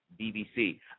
BBC